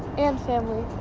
and family.